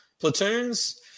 platoons